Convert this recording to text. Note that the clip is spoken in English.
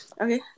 Okay